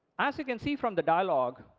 as you can see from the dialog,